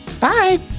Bye